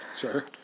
Sure